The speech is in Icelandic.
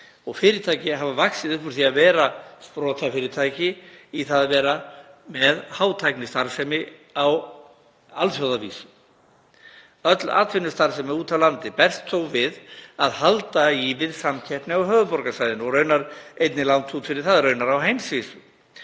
og fyrirtæki hafa vaxið upp úr því að vera sprotafyrirtæki í það að vera með hátæknistarfsemi á alþjóðavísu. Öll atvinnustarfsemi úti á landi berst þó við að halda í við samkeppni á höfuðborgarsvæðinu og raunar einnig langt út fyrir það, á heimsvísu.